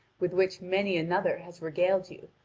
with which many another has regaled you,